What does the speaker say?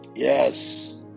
Yes